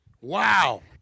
Wow